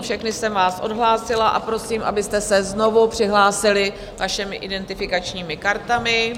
Všechny jsem vás odhlásila a prosím, abyste se znovu přihlásili svými identifikačními kartami.